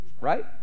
Right